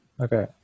okay